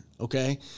okay